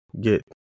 get